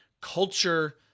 culture